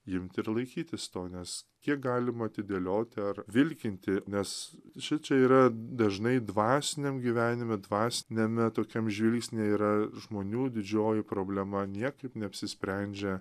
gimt ir laikytis to nes kiek galima atidėlioti ar vilkinti nes šičia yra dažnai dvasiniae gyvenime dvasiniame tokiam žvilgsny yra žmonių didžioji problema niekaip neapsisprendžia